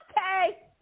Okay